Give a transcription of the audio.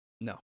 No